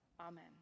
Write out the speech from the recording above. Amen